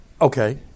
Okay